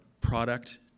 product